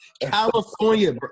California